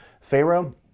Pharaoh